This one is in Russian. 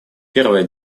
первое